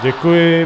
Děkuji.